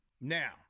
Now